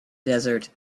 desert